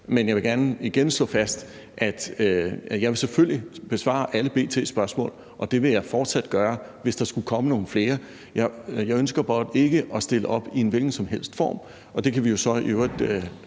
Men jeg vil gerne igen slå fast, at jeg selvfølgelig vil besvare alle B.T.s spørgsmål, og det vil jeg fortsat gøre, hvis der skulle komme nogle flere. Jeg ønsker blot ikke at stille op i en hvilken som helst form – og det kan jeg så i øvrigt